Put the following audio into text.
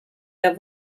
der